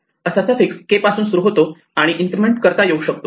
असा suffix K पासून सुरू होतो आणि इन्क्रिमेंट करता येऊ शकतो